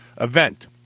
event